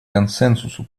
консенсусу